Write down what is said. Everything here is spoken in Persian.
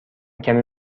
کمی